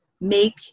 make